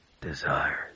desires